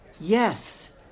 yes